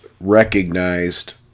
recognized